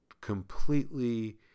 completely